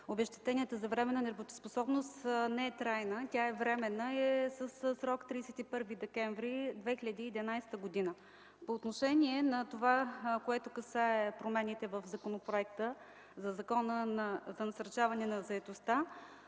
обезщетенията за временна нетрудоспособност, не е трайна, тя е временна и е със срок 31 декември 2011 г. По отношение на това, което касае промените в законопроекта на Закона за насърчаване на заетостта,